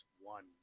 One